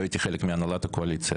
לא הייתי חלק מהנהלת הקואליציה.